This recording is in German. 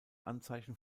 anzeichen